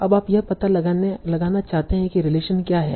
अब आप यह पता लगाना चाहते हैं कि रिलेशन क्या है